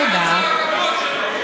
תודה רבה.